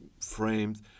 framed